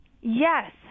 Yes